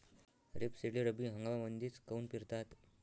रेपसीडले रब्बी हंगामामंदीच काऊन पेरतात?